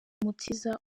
umutiza